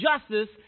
justice